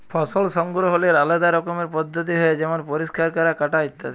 ফসল সংগ্রহলের আলেদা রকমের পদ্ধতি হ্যয় যেমল পরিষ্কার ক্যরা, কাটা ইত্যাদি